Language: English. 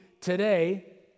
today